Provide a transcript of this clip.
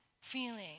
feeling